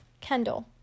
Kendall